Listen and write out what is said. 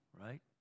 right